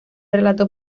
relato